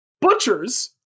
butchers